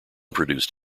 produced